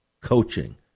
Coaching